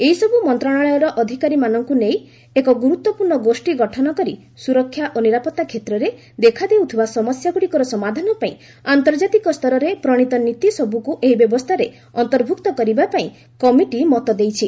ଏହିସବୁ ମନ୍ତ୍ରଣାଳୟର ଅଧିକାରୀମାନଙ୍କୁ ନେଇ ଏକ ଗୁରୁତ୍ୱପୂର୍ଣ୍ଣ ଗୋଷୀ ଗଠନ କରି ସୁରକ୍ଷା ଓ ନିରାପତ୍ତା କ୍ଷେତ୍ରରେ ଦେଖାଦେଉଥିବା ସମସ୍ୟା ଗୁଡ଼ିକର ସମାଧାନ ପାଇଁ ଆନ୍ତର୍ଜାତିକ ସ୍ତରରେ ପ୍ରଣିତ ନୀତସବୁକୁ ଏହି ବ୍ୟବସ୍ଥାରେ ଅନ୍ତର୍ଭୁକ୍ତ କରିବା ପାଇଁ କମିଟି ମତ ଦେଇଛି